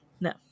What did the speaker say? no